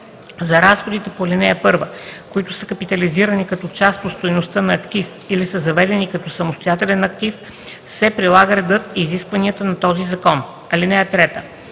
За разходите по ал. 1, които са капитализирани като част от стойността на актив или са заведени като самостоятелен актив, се прилагат редът и изискванията на този закон. (3)